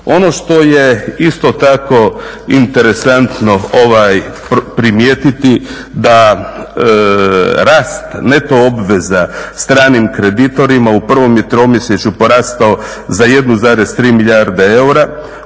Ono što je isto tako interesantno primijetiti da rast neto obveza stranim kreditorima u prvom je tromjesečju porastao za 1,3 milijarde eura.